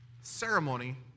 ceremony